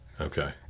okay